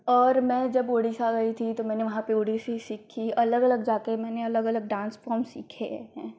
और जब मैं उड़ीसा गई थी तो वहाँ पर ओडिसी सीखी अलग अलग जाकर मैंने अलग अलग डान्स फ़ॉर्म सीखे हैं